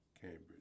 Cambridge